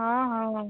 ହଁ ହଉ ହଉ